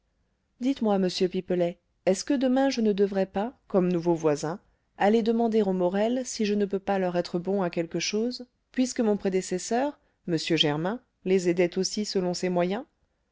dites-moi monsieur pipelet est-ce que demain je ne devrais pas comme nouveau voisin aller demander aux morel si je ne peux pas leur être bon à quelque chose puisque mon prédécesseur m germain les aidait aussi selon ses moyens